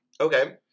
Okay